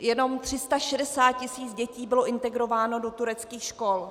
Jenom 360 tisíc dětí bylo integrováno do tureckých škol.